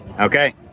Okay